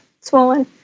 Swollen